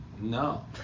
no